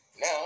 Now